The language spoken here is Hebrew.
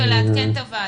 ותעדכן את הוועדה.